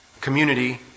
community